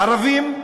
ערבים,